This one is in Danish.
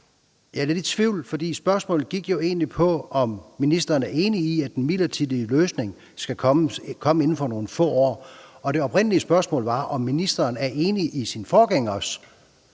Jeg er lidt i tvivl, for spørgsmålet gik jo egentlig på, om ministeren er enig i, at den midlertidige løsning skal komme inden for nogle få år, og det oprindelige spørgsmål var, om ministeren er enig i i sin forgængers